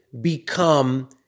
become